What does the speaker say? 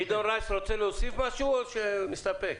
גדעון רייס, אתה רוצה להוסיף משהו או שאתה מסתפק?